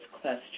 question